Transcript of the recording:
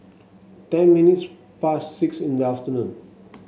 ten minutes past six in the afternoon